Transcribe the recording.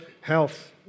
health